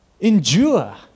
Endure